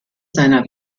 seiner